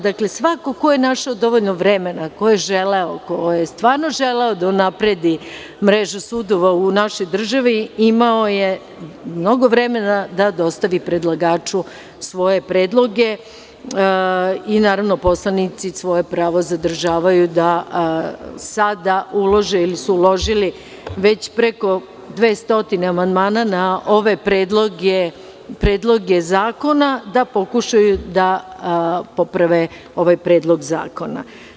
Dakle, svako ko je našao dovoljno vremena, ko je želeo, ko je stvarno želeo da unapredi mrežu sudova u našoj državi imao je mnogo vremena da dostavi predlagaču svoje predloge i naravno poslanici svoje pravo zadržavaju da sada ulože, ili su uložili već preko 200 amandmana na ove predloge zakona, da pokušaju da poprave ovaj predlog zakona.